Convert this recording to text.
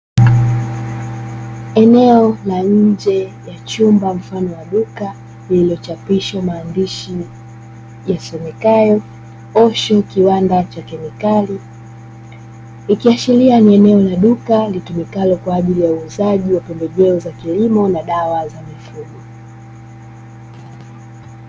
Eneo la nje ya chumba mfano wa duka, lililochapishwa maandishi yasomekayo ''Osho'' kiwanda cha kemikali, ikiashiria ni eneo la duka litumikalo kwa ajili ya uuzaji wa pembejeo za kilimo na dawa za mifugo.